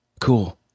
Cool